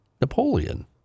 Napoleon